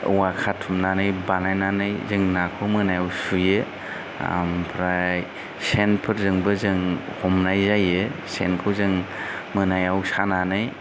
औवा खाथुमनानै बानायनानै जोङो नाखौ मोनायाव सुयो आमफ्राय सेनफोरजोंबो जों हमनाय जायो सेनखौ जों मोनायाव सानानै